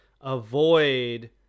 avoid